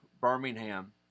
Birmingham